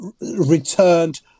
returned